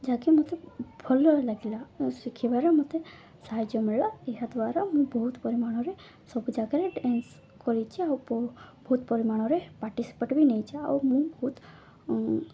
ଯାହାକି ମୋତେ ଭଲ ଲାଗିଲା ଶିଖିବାର ମୋତେ ସାହାଯ୍ୟ ମିଳିଲା ଏହାଦ୍ୱାରା ମୁଁ ବହୁତ ପରିମାଣରେ ସବୁ ଜାଗାରେ ଡ୍ୟାନ୍ସ କରିଛି ଆଉ ବହୁତ ପରିମାଣରେ ପାର୍ଟିସିପେଟ୍ ବି ନେଇଛି ଆଉ ମୁଁ ବହୁତ